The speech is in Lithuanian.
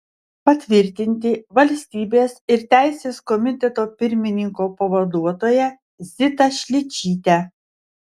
patvirtinti valstybės ir teisės komiteto pirmininko pavaduotoja zitą šličytę